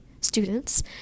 students